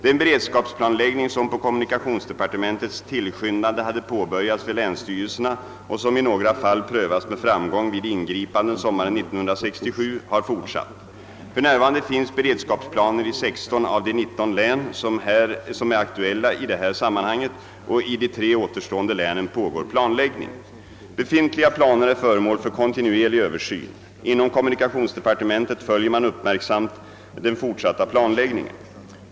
Den beredskapsplanläggning som på kommunikationsdepartementets tillskyndande hade påbörjats vid länsstyrelserna och som i några fall prövats med framgång vid ingripanden sommaren 1967 har fortsatt. För närvarande finns beredskapsplaner i 16 av de 19 län som är aktuella i det här sammanhanget och i de tre återstående länen pågår planläggning. Befintliga planer är föremål för kontinuerlig översyn. Inom kommunikationsdepartementet följer man uppmärksamt den fortsatta planläggningen.